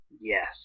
yes